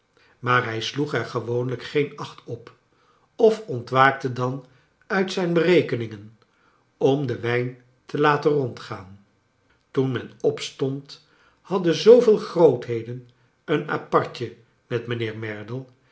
maar hij sloeg er gewoonlijk geen acht op of ontwaakte dan nit zijn berekeningen om den wijn te laten rondgaan toen men opstond hadden zooveel grootheden een apartje met mijnheer merdle